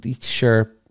sure